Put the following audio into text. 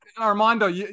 Armando